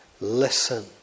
listen